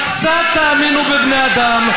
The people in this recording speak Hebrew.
קצת תאמינו בבני אדם.